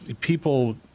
people